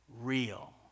real